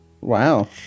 Wow